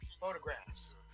photographs